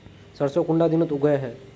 सरसों कुंडा दिनोत उगैहे?